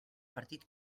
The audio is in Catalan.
partit